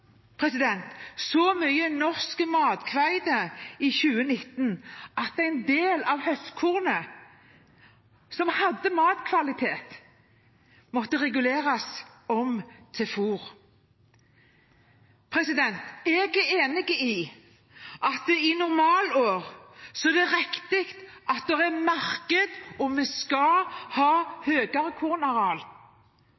så mye norsk mathvete i 2019 at en del av høstkornet som hadde matkvalitet, måtte reguleres om til fôr. Jeg er enig i at i normalår er det riktig at det er marked, og vi skal ha